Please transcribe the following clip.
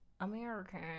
American